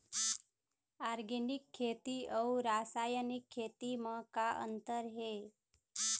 Organic खेती अउ रासायनिक खेती म का अंतर हे?